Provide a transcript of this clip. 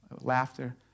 laughter